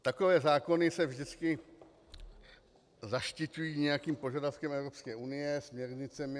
Takové zákony se vždycky zaštiťují nějakým požadavkem Evropské unie, směrnicemi.